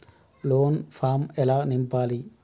Loan form ఎలా నింపాలి?